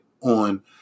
on